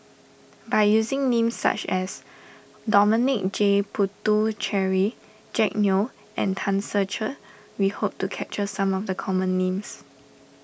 by using names such as Dominic J Puthucheary Jack Neo and Tan Ser Cher we hope to capture some of the common names